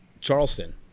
charleston